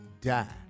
die